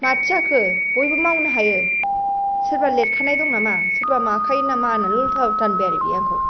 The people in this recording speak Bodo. माथो जाखो बयबो मावनो हायो सोरबा लेरखानाय दं नामा सोरबा माखायो नामा होननानैल' उल्था उल्था होनबाय आंखौ